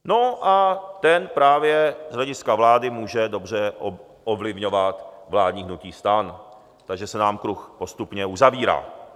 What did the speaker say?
No a ten právě z hlediska vlády může dobře ovlivňovat vládní hnutí STAN, takže se nám kruh postupně uzavírá.